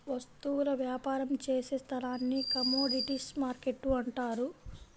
వస్తువుల వ్యాపారం చేసే స్థలాన్ని కమోడీటీస్ మార్కెట్టు అంటారు